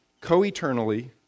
co-eternally